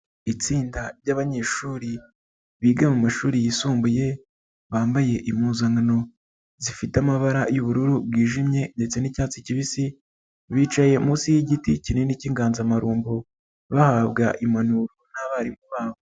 Itsinda ryabanyeshuri biga mu mashuri yisumbuye, bambaye impuzankano zifite amabara y'ubururu bwijimye ndetse nicyatsi kibisi, bicaye munsi y'igiti kinini k'inganzamarumbo bahabwa impanuro n'abarimu babo.